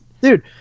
dude